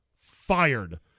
fired